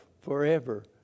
forever